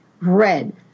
Red